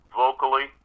vocally